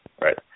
right